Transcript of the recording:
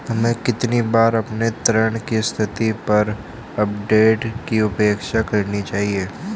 हमें कितनी बार अपने ऋण की स्थिति पर अपडेट की अपेक्षा करनी चाहिए?